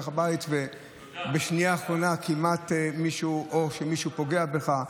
הבית ובשנייה האחרונה כמעט מישהו פוגע בך,